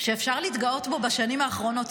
שאפשר להתגאות בו בשנים האחרונות,